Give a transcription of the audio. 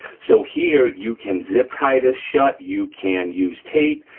so here you can zip tie this shut, you can use tape,